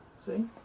See